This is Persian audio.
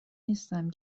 نیستم